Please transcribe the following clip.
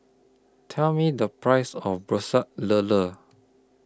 Tell Me The Price of Pecel Lele